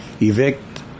evict